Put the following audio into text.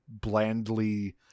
blandly